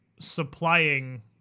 Supplying